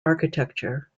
architecture